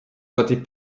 voter